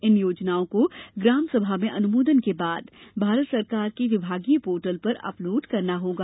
इन योजनाओं को ग्राम सभा में अनुमोदन के बाद भारत सरकार के विभागीय पोर्टल पर अपलोड कराना होगा